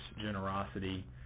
generosity